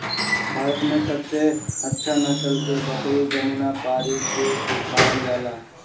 भारत में सबसे अच्छा नसल के बकरी जमुनापारी के मानल जाला